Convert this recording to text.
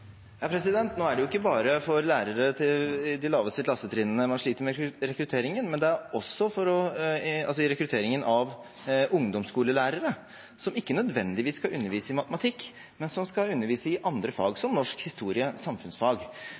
Nå er det jo ikke bare lærere i de laveste klassetrinnene man sliter med rekrutteringen til, det gjelder også rekrutteringen av ungdomsskolelærere, som ikke nødvendigvis skal undervise i matematikk, men som skal undervise i andre fag, som norsk, historie og samfunnsfag.